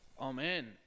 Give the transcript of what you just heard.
Amen